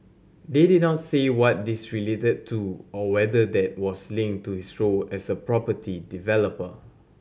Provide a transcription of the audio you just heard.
they did not say what these related to or whether that was linked to his role as a property developer